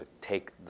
take